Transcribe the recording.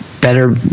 better